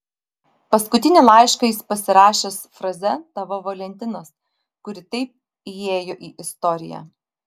paskutinį laišką jis pasirašęs fraze tavo valentinas kuri taip įėjo į istoriją